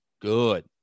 good